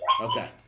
Okay